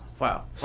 wow